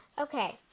Okay